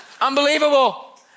Unbelievable